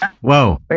Whoa